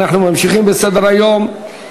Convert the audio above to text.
למשפחות שכולות ביום הזיכרון